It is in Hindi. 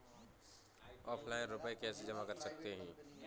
ऑफलाइन रुपये कैसे जमा कर सकते हैं?